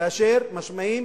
כאשר נשמעים